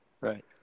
Right